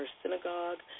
synagogue